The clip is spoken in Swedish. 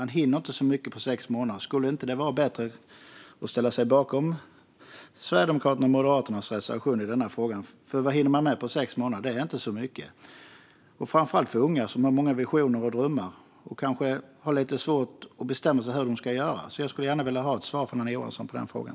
Vore det inte bättre att ställa sig bakom Sverigedemokraternas och Moderaternas reservation i denna fråga? Man hinner inte med så mycket på sex månader, framför allt inte unga som har många visioner och drömmar och kanske har lite svårt att bestämma hur de ska göra. Jag vill gärna ha ett svar av Anna Johansson.